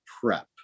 prep